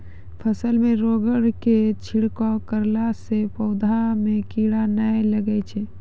फसल मे रोगऽर के छिड़काव करला से पौधा मे कीड़ा नैय लागै छै?